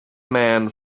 man